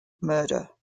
murder